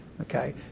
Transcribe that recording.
Okay